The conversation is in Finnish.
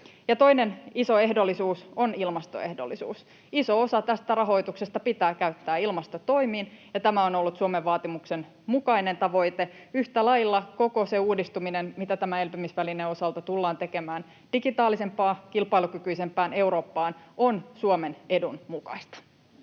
toinen iso ehdollisuus on ilmastoehdollisuus: iso osa tästä rahoituksesta pitää käyttää ilmastotoimiin, ja tämä on ollut Suomen vaatimuksen mukainen tavoite. Yhtä lailla koko se uudistuminen, mitä tämän elpymisvälineen osalta tullaan tekemään digitaalisempaan, kilpailukykyisempään Eurooppaan, on Suomen edun mukaista.